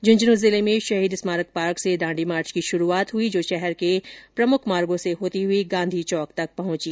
झूंझुनूं जिले में शहीद स्मारक पार्क से दांडी मार्च की शुरूआत हुई जो शहर के मार्गो से होती हुई गांधी चौक तक पहुंची